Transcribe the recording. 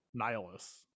Nihilus